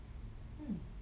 hmm